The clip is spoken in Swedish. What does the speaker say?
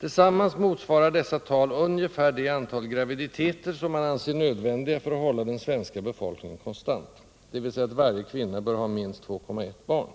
Tillsammans motsvarar dessa tal ungefär det antal graviditeter som man anser nödvändiga för att hålla den svenska befolkningen konstant, dvs. att varje kvinna bör ha minst 2,1 barn.